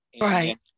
Right